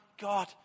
God